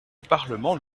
parlement